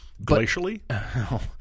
Glacially